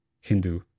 Hindu